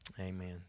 Amen